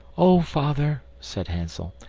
oh! father, said hansel,